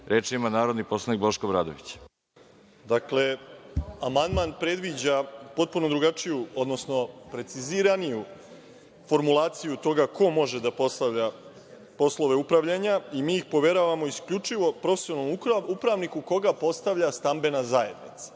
Boško Obradović. **Boško Obradović** Dakle, amandman predviđa potpuno drugačiju, odnosno preciziraniju formulaciju toga ko može da postavlja poslove upravljanja i mi ih poveravamo isključivo profesionalnom upravniku koga postavlja stambena zajednica.